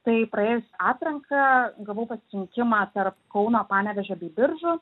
tai praėjusi atranką gavau pasirinkimą tarp kauno panevėžio bei biržų